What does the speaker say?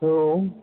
औ